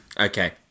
Okay